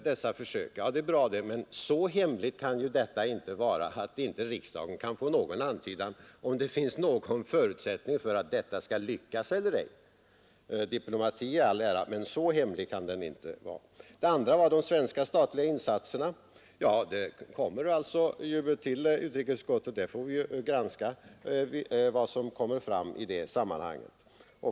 Det är ju bra, men så hemligt kan väl inte detta vara att inte riksdagen kan få någon antydan om huruvida det finns någon förutsättning för att detta skall lyckas eller ej. Diplomati i all ära, men så hemlighetsfull behöver man inte vara. För det andra gällde det de statliga svenska insatserna. Utrikesutskottet får tillfälle att granska olika förslag i det sammanhanget.